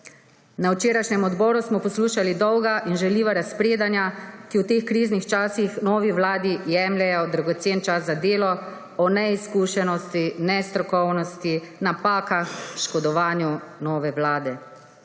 Na včerajšnjem odboru smo poslušali dolga in žaljiva razpredanja, ki v teh kriznih časih novi vladi jemljejo dragocen čas za delo, o neizkušenosti, nestrokovnosti, napakah, škodovanju nove vlade.